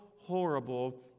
horrible